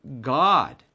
God